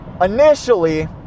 initially